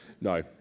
No